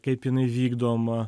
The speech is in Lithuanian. kaip jinai vykdoma